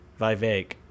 Vivek